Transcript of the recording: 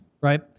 right